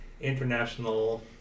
international